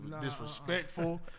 disrespectful